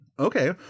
Okay